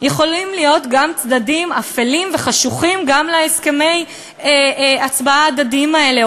יכולים להיות גם צדדים אפלים וחשוכים להסכמי ההצבעה ההדדיים האלה,